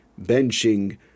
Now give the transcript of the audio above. benching